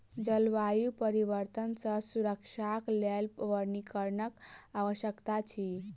जलवायु परिवर्तन सॅ सुरक्षाक लेल वनीकरणक आवश्यकता अछि